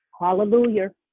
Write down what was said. hallelujah